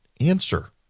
answer